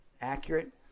accurate